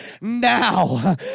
now